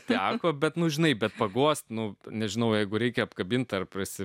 teko bet nu žinai bet paguosti nu nežinau jeigu reikia apkabinti ar prasi